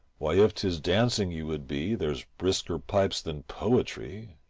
why, if tis dancing you would be, there's brisker pipes than poetry.